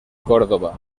córdoba